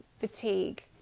fatigue